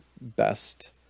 best